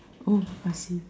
oh I see